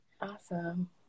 Awesome